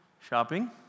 Shopping